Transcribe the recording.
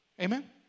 Amen